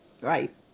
Right